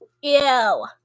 Ew